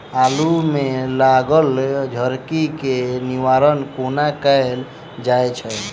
आलु मे लागल झरकी केँ निवारण कोना कैल जाय छै?